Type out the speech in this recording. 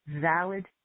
valid